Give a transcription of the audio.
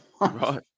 Right